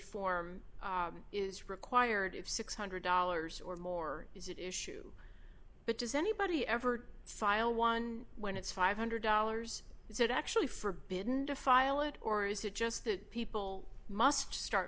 form is required if six hundred dollars or more is it issue but does anybody ever file one when it's five hundred dollars is it actually for been to file it or is it just that people must start